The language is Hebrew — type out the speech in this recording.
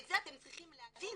את זה אתם צריכים להבין,